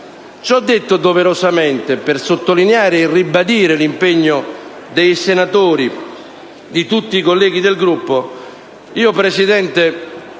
Ciò detto, doverosamente, per sottolineare e ribadire l'impegno dei senatori, di tutti i colleghi del Gruppo, signor Presidente,